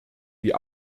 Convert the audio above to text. die